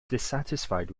dissatisfied